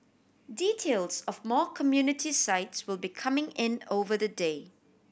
details of more community sites will be coming in over the day